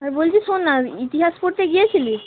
আর বলছি শোন না ইতিহাস পড়তে গিয়েছিলিস